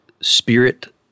spirit